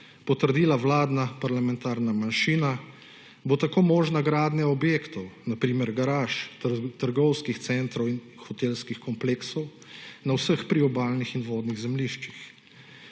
potrdila vladna parlamentarna manjšina, bo tako možna gradnja objektov, na primer garaž, trgovskih centrov in hotelskih kompleksov na vseh priobalnih in vodnih zemljiščih.